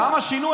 למה שינו?